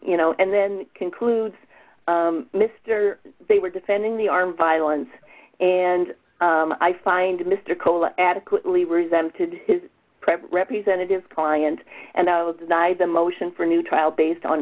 you know and then concludes mr they were defending the armed violence and i find mr cole adequately resented his press representatives client and denied the motion for a new trial based on